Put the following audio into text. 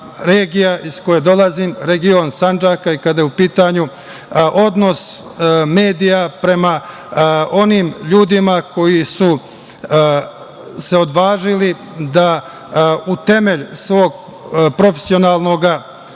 iz koje dolazim, region Sandžaka i kada je u pitanju odnos medija prema onim ljudima koji su se odvažili da u temelj svoj profesionalnog